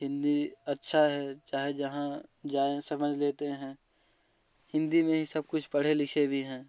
हिंदी अच्छा है चाहे जहाँ जाए समझ लेते हैं हिंदी में ही सब कुछ पढ़े लिखे भी हैं